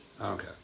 okay